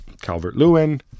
Calvert-Lewin